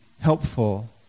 helpful